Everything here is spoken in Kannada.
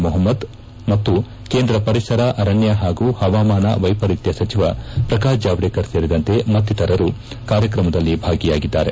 ಮೊಹಮ್ಮದ್ ಮತ್ತು ಕೇಂದ್ರ ಪರಿಸರ ಅರಣ್ಯ ಪಾಗೂ ಪವಾಮಾನ ವೈಪರೀತ್ಯ ಸಚಿವ ಪ್ರಕಾಶ್ ಜಾವಡೇಕರ್ ಸೇರಿದಂತೆ ಮತ್ತಿತರರು ಕಾರ್ಯಕ್ರಮದಲ್ಲಿ ಭಾಗಿಯಾಗಿದ್ದಾರೆ